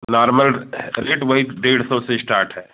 normal rate वही डेढ़ सौ से स्टार्ट है